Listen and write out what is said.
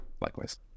Likewise